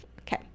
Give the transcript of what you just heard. Okay